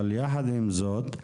אבל יחד עם זאת,